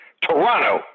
Toronto